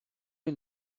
and